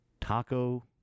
Taco